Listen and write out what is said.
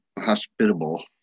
hospitable